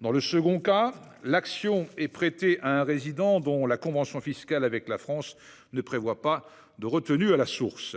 Dans le second cas, l'action est prêtée à un résident dont la convention fiscale avec la France ne prévoit pas de retenue à la source.